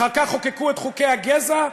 אחר כך חוקקו את חוקי הגזע,